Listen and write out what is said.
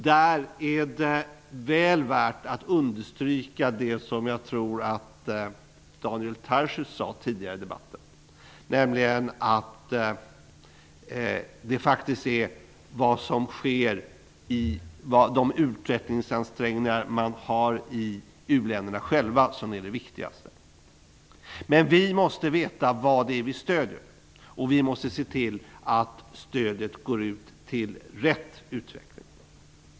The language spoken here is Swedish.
Det är väl värt att understryka det som jag tror Daniel Tarschys sade tidigare i debatten, nämligen att det faktiskt är de utvecklingsansträngningar man har i u-länderna själva som är det viktigaste. Men vi måste veta vad det är vi stöder, och vi måste se till att stödet går till rätt utveckling.